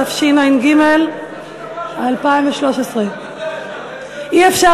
התשע"ג 2013. איזה מין דבר זה?